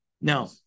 Now